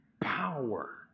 power